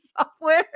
software